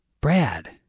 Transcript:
Brad